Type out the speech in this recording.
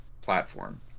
Platform